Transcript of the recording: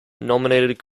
nominated